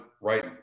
right